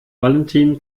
valentin